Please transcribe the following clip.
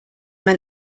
man